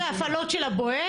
16 הפעלות של ה"בואש"?